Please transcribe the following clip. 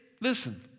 listen